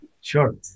Sure